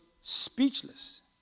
speechless